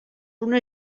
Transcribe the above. una